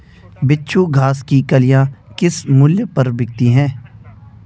बिच्छू घास की कलियां किस मूल्य पर बिकती हैं?